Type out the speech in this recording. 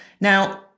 Now